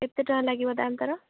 କେତେ ଟଙ୍କା ଲାଗିବ ଦାମ୍ ତା'ର